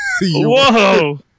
Whoa